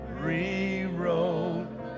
rewrote